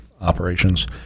operations